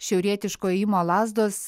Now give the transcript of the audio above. šiaurietiško ėjimo lazdos